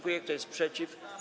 Kto jest przeciw?